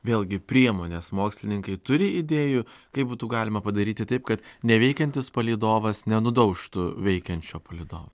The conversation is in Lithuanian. vėlgi priemonės mokslininkai turi idėjų kaip būtų galima padaryti taip kad neveikiantis palydovas nenudaužtų veikiančio palydovo